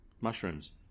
mushrooms